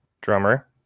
drummer